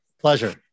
Pleasure